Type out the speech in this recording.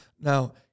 Now